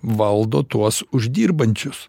valdo tuos uždirbančius